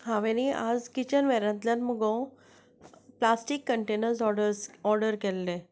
हांवें न्हय आयज किचनवेरांतल्यान मुगो प्लास्टीक कंटनेर्स ऑर्डरस ऑर्डर केल्ले